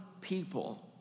people